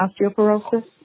osteoporosis